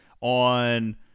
on